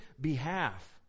behalf